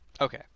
Okay